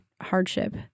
hardship